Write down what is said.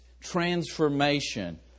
transformation